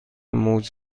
موج